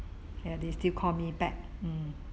ya they still call me back mm